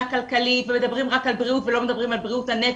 כלכלית ומדברים רק על בריאות ולא מדברים על בריאות הנפש,